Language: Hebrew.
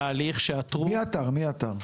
עתרו --- מי עתר?